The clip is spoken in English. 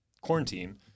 quarantine